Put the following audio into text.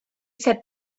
said